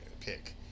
pick